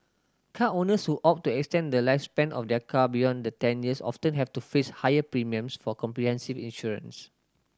car owners who opt to extend the lifespan of their car beyond the ten years often have to face higher premiums for comprehensive insurance